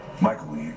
Michael